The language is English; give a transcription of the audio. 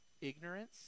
ignorance